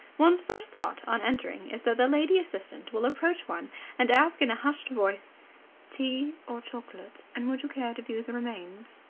one's first thought on entering is that the lady assistant will approach one and ask in a hushed voice tea or chocolate? and would you care to view the remains?